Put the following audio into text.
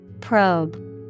Probe